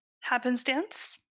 happenstance